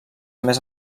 més